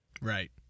Right